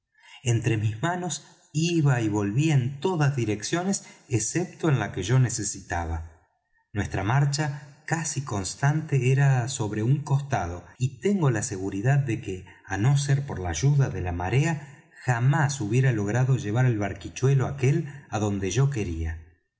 entre mis manos iba y volvía en todas direcciones excepto en la que yo necesitaba nuestra marcha casi constante era sobre un costado y tengo la seguridad de que á no ser por la ayuda de la marea jamás hubiera logrado llevar el barquichuelo aquel á donde yo quería